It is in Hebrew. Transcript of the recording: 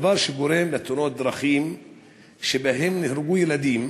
גרם לתאונות דרכים שבהן נהרגו ילדים,